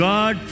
God